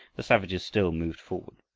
the savages still moved forward.